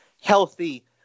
healthy